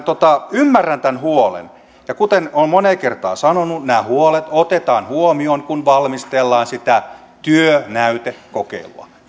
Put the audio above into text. ymmärrän tämän huolen ja kuten olen moneen kertaan sanonut nämä huolet otetaan huomioon kun valmistellaan sitä työnäytekokeilua